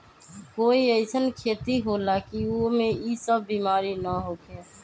कोई अईसन खेती होला की वो में ई सब बीमारी न होखे?